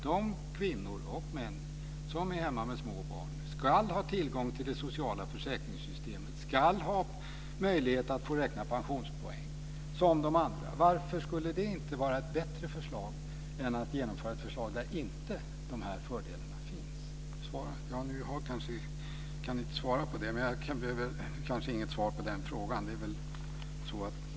De kvinnor och män som är hemma med små barn ska ha tillgång till det sociala försäkringssystemet, ska ha möjlighet att räkna pensionspoäng som de andra. Varför skulle inte det vara ett bättre förslag än att genomföra ett förslag där inte de här fördelarna finns? Nu kan Inger Davidson inte svara på den frågan. Men jag behöver kanske inget svar på den.